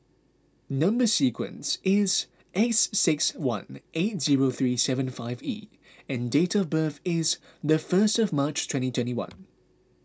Number Sequence is S six one eight zero three seven five E and date of birth is the first of March twenty twenty one